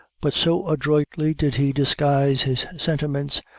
but so adroitly did he disguise his sentiments,